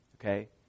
okay